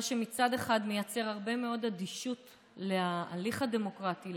מה שמצד אחד מייצר הרבה מאוד אדישות להליך הדמוקרטי,